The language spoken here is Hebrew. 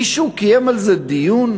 מישהו קיים על זה דיון?